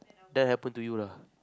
that happen to you lah